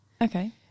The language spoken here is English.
Okay